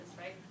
right